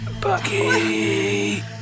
Bucky